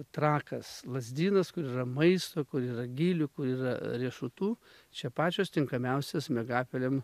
trakas lazdynas kur yra maisto kur yra gilių kur yra riešutų čia pačios tinkamiausios miegapelėm